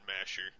masher